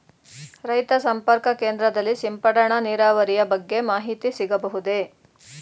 ರೈತ ಸಂಪರ್ಕ ಕೇಂದ್ರದಲ್ಲಿ ಸಿಂಪಡಣಾ ನೀರಾವರಿಯ ಬಗ್ಗೆ ಮಾಹಿತಿ ಸಿಗಬಹುದೇ?